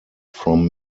from